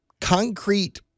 concrete